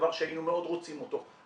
דבר שהיינו מאוד רוצים אותו,